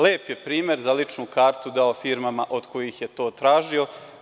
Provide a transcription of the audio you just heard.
Lep je primer za ličnu kartu dao firmama od kojih je to tražio.